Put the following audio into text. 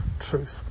truth